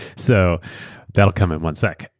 so that'll come in one sec.